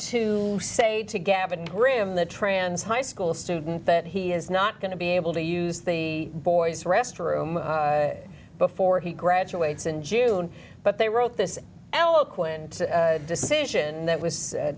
to say to gavin graham the trans high school student that he is not going to be able to use the boy's restroom before he graduates in june but they wrote this eloquent decision that was